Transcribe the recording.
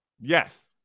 Yes